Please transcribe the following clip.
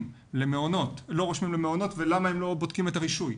למעונות ולמה הם לא בודקים את הרישוי.